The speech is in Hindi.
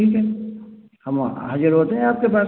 ठीक है हम वहाँ हाज़िर होते हैं आप के पास